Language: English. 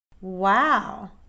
Wow